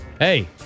Hey